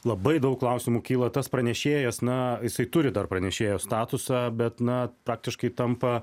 labai daug klausimų kyla tas pranešėjas na jisai turi dar pranešėjo statusą bet na praktiškai tampa